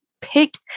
pick